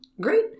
great